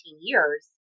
years